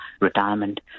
retirement